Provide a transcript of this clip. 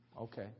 Okay